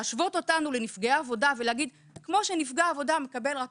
להשוות אותנו לנפגעי עבודה ולהגיד כמו שנפגע עבודה מקבל רק